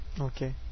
Okay